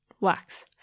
wax